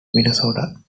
minnesota